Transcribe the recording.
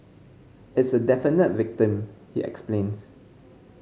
it's a definite victim he explains